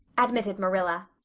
admitted marilla.